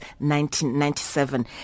1997